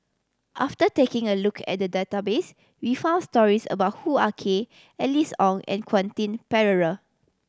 after taking a look at the database we found stories about Hoo Ah Kay Alice Ong and Quentin Pereira